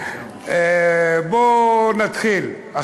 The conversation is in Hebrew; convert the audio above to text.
בואו נתחיל.